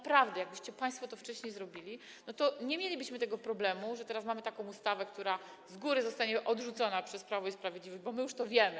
Naprawdę jakbyście państwo to wcześniej zrobili, to nie mielibyśmy tego problemu, że teraz mamy taką ustawę, która z góry zostanie odrzucona przez Prawo i Sprawiedliwość, bo my już to wiemy.